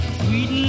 sweet